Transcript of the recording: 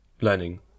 learning